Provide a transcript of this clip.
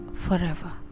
forever